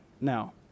now